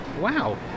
Wow